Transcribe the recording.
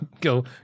go